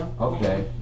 Okay